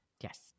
Yes